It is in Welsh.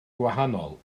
gwahanol